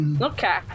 Okay